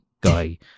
guy